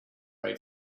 ray